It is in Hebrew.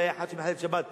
לא היה אחד שמחלל שבת,